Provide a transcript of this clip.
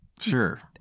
sure